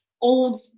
old